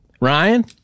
Ryan